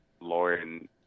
Lauren